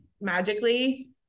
magically